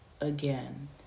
again